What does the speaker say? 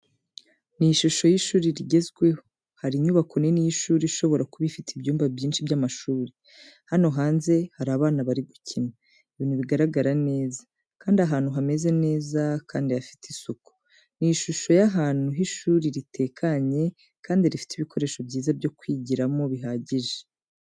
Ni ishusho y'ishuri rigezweho. Hari inyubako nini y'ishuri ishobora kuba ifite ibyumba byinshi by'amashuri. Hano hanze hari abana bari gukina, ibintu bigaragara neza, kandi ahantu hameze neza kandi hafite isuku. Ni ishusho y'ahantu h'ishuri ritekanye kandi rifite ibikoresho byiza byo kwigiramo bihagije.